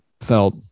felt